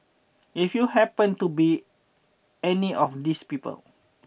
if you happened to be any of these people